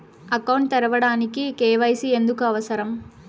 Account తెరవడానికి, KYC ఎందుకు అవసరం?